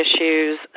issues